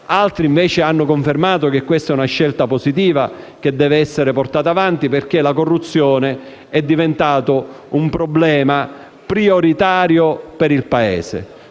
Altri, invece, hanno confermato che questa è una scelta positiva che deve essere portata avanti perché la corruzione è diventata un problema prioritario per il Paese